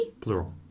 Plural